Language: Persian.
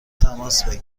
تماس